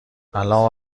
الان